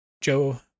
Joe